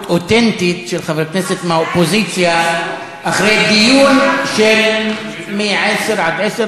אותנטית של חבר כנסת מהאופוזיציה אחרי דיון מ-10:00 עד 22:00,